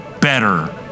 better